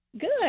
Good